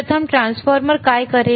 प्रथम ट्रान्सफॉर्मर काय करेल